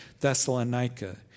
Thessalonica